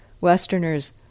Westerners